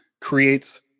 creates